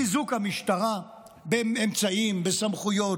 חיזוק המשטרה באמצעים, בסמכויות,